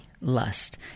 lust